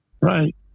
Right